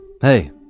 Hey